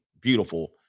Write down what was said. beautiful